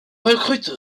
recrute